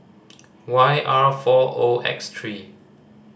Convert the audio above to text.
Y R four O X three